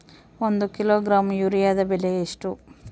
ಒಂದು ಕಿಲೋಗ್ರಾಂ ಯೂರಿಯಾದ ಬೆಲೆ ಎಷ್ಟು?